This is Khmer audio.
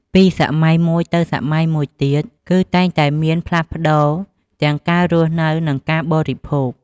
ពីសម័យមួយទៅសម័យមួយទៀត គឺតែងតែមានផ្លាស់ប្តូរទាំងការរស់នៅ និងការបរិភោគ។